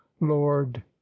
lord